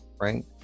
right